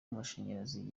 amashanyarazi